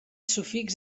sufix